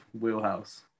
wheelhouse